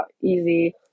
easy